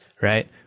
right